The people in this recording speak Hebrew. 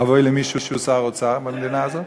אבוי למי שהוא שר אוצר במדינה הזאת,